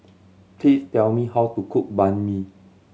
please tell me how to cook Banh Mi